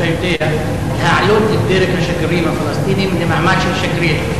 להעלות את דרג השגרירים הפלסטינים למעמד של שגריר.